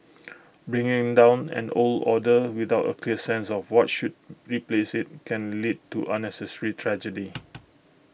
bringing down an old order without A clear sense of what should replace IT can lead to unnecessary tragedy